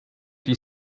die